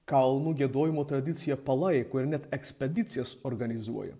kalnų giedojimo tradiciją palaiko ir net ekspedicijas organizuoja